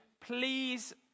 please